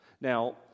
Now